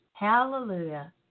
Hallelujah